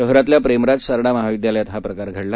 शहरातल्या प्रेमराज सारडा महाविद्यालयात हा प्रकार घडला